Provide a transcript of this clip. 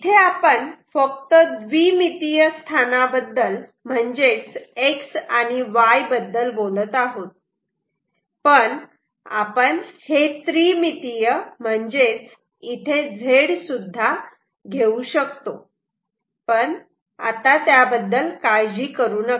इथे आपण फक्त द्विमितीय स्थानाबद्दल म्हणजेच X आणि Y बद्दल बोलत आहोत पण आपण हे त्रिमितीय म्हणजेच इथे Z सुद्धा घेऊ शकतो पण त्याबद्दल काळजी करू नका